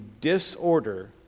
disorder